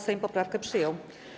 Sejm poprawkę przyjął.